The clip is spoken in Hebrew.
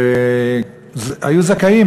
והיו זכאים.